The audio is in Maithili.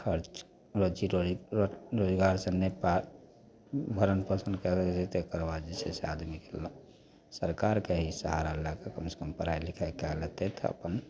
खर्च रोजी रोजगार से नहि पार भरण पोसन करल जएतै तकर बाद जे छै से आदमीके कोनो सरकारके ही सहारा लैके कमसे कम पढ़ाइ लिखाइ कै लेतै तऽ अपन